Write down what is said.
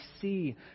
see